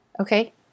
Okay